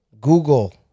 Google